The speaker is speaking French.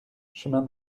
chemin